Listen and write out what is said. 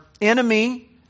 enemy